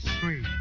sweet